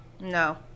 No